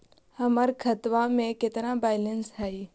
हमर खतबा में केतना बैलेंस हई?